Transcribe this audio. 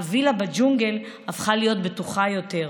הווילה בג'ונגל הפכה להיות בטוחה יותר.